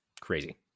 Crazy